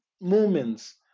moments